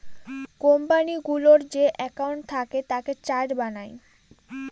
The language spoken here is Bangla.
কোম্পানিগুলোর যে একাউন্ট থাকে তাতে চার্ট বানায়